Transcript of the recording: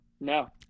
No